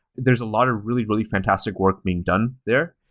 there's a lot of really, really fantastic work being done there.